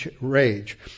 rage